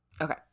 Okay